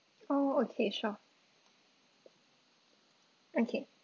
oh okay sure okay